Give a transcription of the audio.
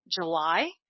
July